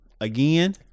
again